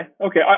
okay